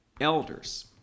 elders